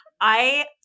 I-